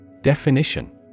Definition